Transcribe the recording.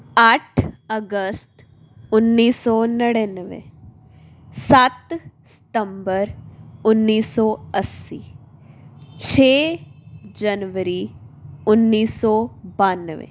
ਅੱਠ ਅਗਸਤ ਉੱਨੀ ਸੌ ਨੜਿਨਵੇਂ ਸੱਤ ਸਤੰਬਰ ਉੱਨੀ ਸੌ ਅੱਸੀ ਛੇ ਜਨਵਰੀ ਉੱਨੀ ਸੌ ਬਾਨਵੇਂ